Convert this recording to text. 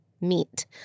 meet